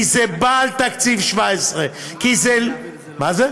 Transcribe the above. כי זה בא על תקציב 2017. מה העלות?